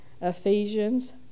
Ephesians